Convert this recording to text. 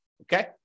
okay